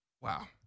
Wow